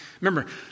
Remember